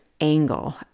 angle